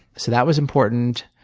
so that was important.